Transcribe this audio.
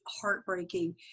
heartbreaking